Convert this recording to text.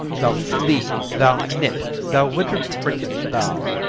thou flea, thou nit, thou winter-cricket thou!